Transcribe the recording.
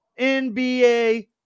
NBA